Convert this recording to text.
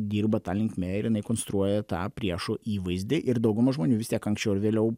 dirba ta linkme ir jinai konstruoja tą priešo įvaizdį ir dauguma žmonių vis tiek anksčiau ar vėliau